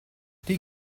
die